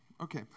Okay